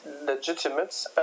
legitimate